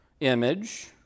image